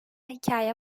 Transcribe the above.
hikaye